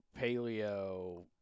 paleo